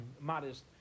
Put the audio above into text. modest